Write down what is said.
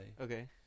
Okay